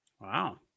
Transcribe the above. Wow